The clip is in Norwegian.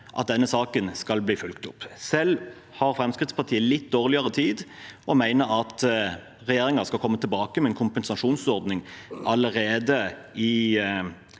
at denne saken skal bli fulgt opp. Selv har Fremskrittspartiet litt dårligere tid og mener at regjeringen skal komme tilbake med en kompensasjonsordning allerede i